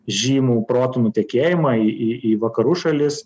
žymų protų nutekėjimą į į į vakarų šalis